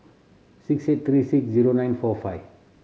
six eight three six zero nine four five